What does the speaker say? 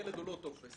ילד הוא לא טופס.